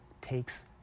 takes